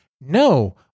No